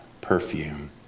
perfume